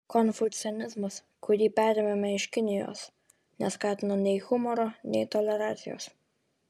konfucianizmas kurį perėmėme iš kinijos neskatino nei humoro nei tolerancijos